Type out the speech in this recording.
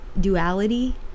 duality